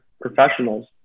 professionals